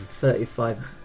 Thirty-five